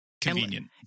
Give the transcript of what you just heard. convenient